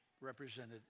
represented